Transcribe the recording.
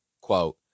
Quote